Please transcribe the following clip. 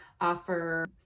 offer